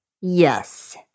Yes